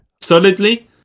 solidly